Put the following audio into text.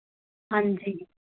ਹਾਂਜੀ